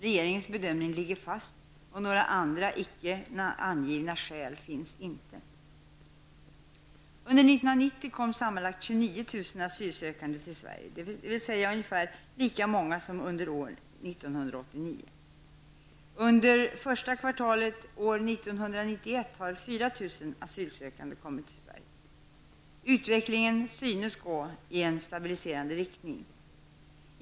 Regeringens bedömning ligger fast och några andra icke angivna skäl finns inte. asylsökande till Sverige, dvs. ungefär lika många som under år 1989. Under första kvartalet år 1991 har 4 000 asylsökande kommit till Sverige. Utvecklingen synes gå i en stabiliserande riktning.